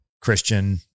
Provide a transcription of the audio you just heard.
Christian